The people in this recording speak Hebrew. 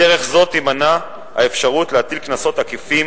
בדרך זו תימנע האפשרות להטיל קנסות עקיפים